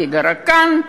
פיגארו כאן,